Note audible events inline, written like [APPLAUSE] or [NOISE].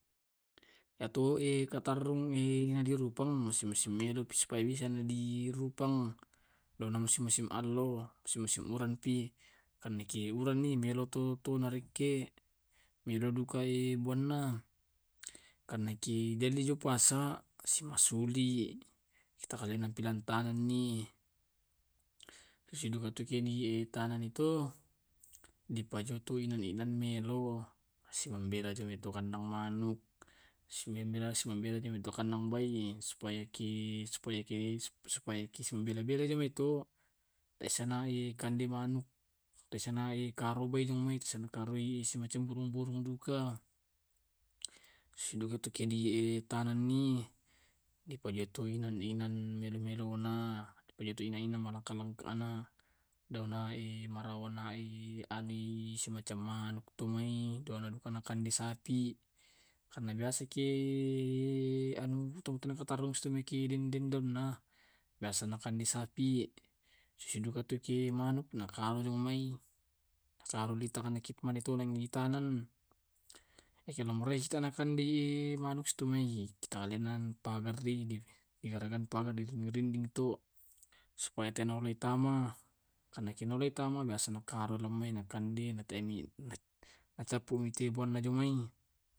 Iyatu e [HESITATION] katarrung e [HESITATION] na dirupang masi masimedeng ki supaya [HESITATION] bisai dirupang. Alena musing-musing allo musing-musing urampi karena ki uranni, melo tu tunarekke, melo dukae buanna. [HESITATION] Karna kidielli jo pasa simasuli, etikanalenan piran tanengi. [HESITATION] sisidukaki to itanenni to [HESITATION] dipajoto inan inan melo simambelaimi to kandang manuk. Simambela simambela jo to kandang bayie, supayaki, supayaki supayaki simbela-belai jamai to esenai kande manuk, esenai karobae mae njo mai sekanaroi semacam burung-burung duga. Siduka tu kedi tanengmi epajaitoi nan inan inan melo melona, dipajai to inan malangka langkana, dena marawanaeh [HESITATION] anui semacam anu ku tumai deno duka na kande sapi. [UNINTELLIGIBLE] karna biasaki [HESITATION] anu [HESITATION] tutuna katarrung si tumai ki dendendonna biasa na kande sapi. Sisidukatu ki manuk nakalau jo mai nakaru tu ditangana ki mai itonengi itanen. Eki namorai ita na kandei [HESITATION] manuk si tumai italenan pagari digaragang pagar di rinding to [HESITATION] supaya tena naolai ntama. Karena ki te naulai ntama biasa na kaloro mai na kandei na teai eh na [HESITATION] nacapuni te buanna to jo mai.